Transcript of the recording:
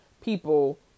people